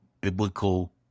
biblical